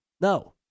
No